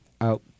out